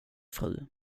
fru